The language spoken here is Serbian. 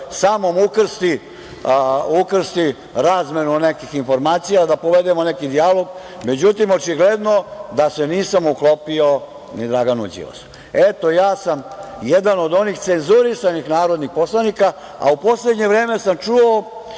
sa mnom ukrsti razmenu nekih informacija, da povedemo neki dijalog, međutim očigledno da se nisam uklopio ni Draganu Đilasu. Jedan sam od onih cenzurisanih narodnih poslanika, a u poslednje vreme sam čuo